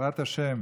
בעזרת השם